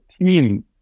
team